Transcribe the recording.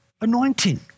Anointing